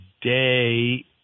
today